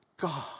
God